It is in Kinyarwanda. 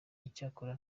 icyakora